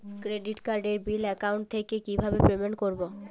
Credit কার্ডের bill account থেকে কিভাবে পেমেন্ট করবো?